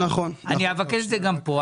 אני אבקש את זה גם פה,